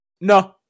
no